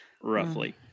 Roughly